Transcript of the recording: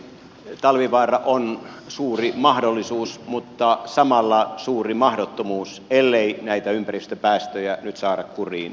talvivaara on suuri mahdollisuus mutta samalla suuri mahdottomuus ellei näitä ympäristöpäästöjä nyt saada kuriin